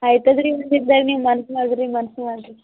ಆಯ್ತದ ರೀ ಸಿಗ್ತದ ನೀವು ಮನ್ಸು ಮಾಡ್ರಿ ಮನ್ಸು ಮಾಡ್ರಿ